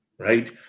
Right